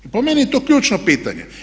Po meni je to ključno pitanje.